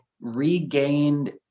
regained